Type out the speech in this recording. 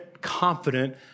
confident